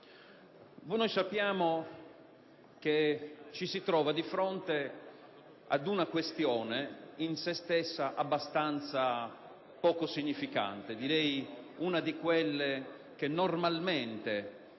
molto severo. Ci troviamo di fronte ad una questione in se stessa abbastanza poco significante, una di quelle che normalmente